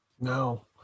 no